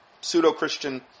pseudo-Christian